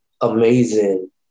amazing